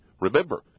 Remember